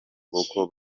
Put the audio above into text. ukuboko